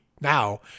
now